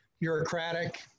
bureaucratic